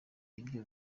ivyo